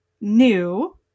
new